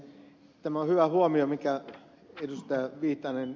tämä on hyvä huomio minkä ed